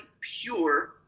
pure